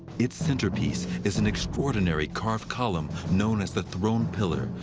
its centerpiece is an extraordinary carved column known as the throne pillar,